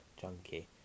junkie